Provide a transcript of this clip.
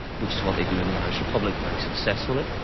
which is what they do in the irish republic very successfully.